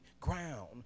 ground